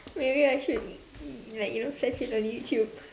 maybe I should like you know search it on YouTube